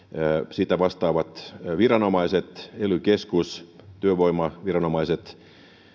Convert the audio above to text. siitä vastaavat viranomaiset ely keskus ja työvoimaviranomaiset